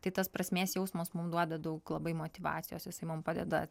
tai tas prasmės jausmas mum duoda daug labai motyvacijos jisai mum padeda